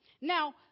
Now